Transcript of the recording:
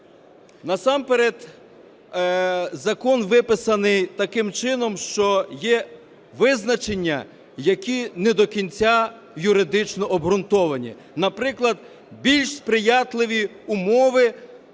Насамперед закон виписаний таким чином, що є визначення, які не до кінця юридично обґрунтовані. Наприклад, більш сприятливі умови